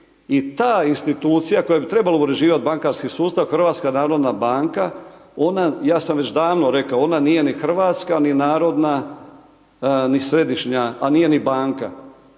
i ta institucija koja bi trebala uređivati bankarski sustav, HNB ona, ja sam već davno rekao, ona nije ni hrvatska, ni narodna, ni središnja, a nije ni banka.